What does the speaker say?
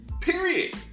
Period